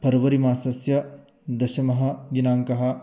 February मासस्य दशमः दिनाङ्कः